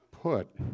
Put